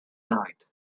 night